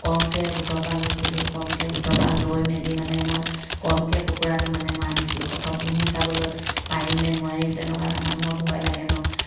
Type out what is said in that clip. কমকৈ গোটৰপৰা লৈছিলোঁ কমকৈ গোটৰপৰা লৈ মেলি মানে মই কমকৈ কুকুৰাটো মানে মই আনিছিলোঁ প্ৰথম পুহি চাবলৈ পাৰিম নে নোৱাৰিম তেনেকুৱা এটা মানুহৰ ভয় লাগে ন